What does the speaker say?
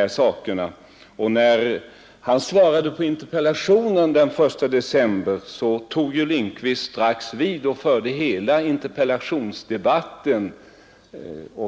När försvarsministern svarade på interpellationen den 1 december förra året tog ju herr Lindkvist strax vid och förde hela interpellationsdebatten.